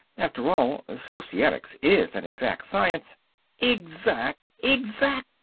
after all, societics is an exact science exact? exact!